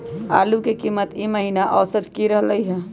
आलू के कीमत ई महिना औसत की रहलई ह?